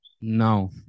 No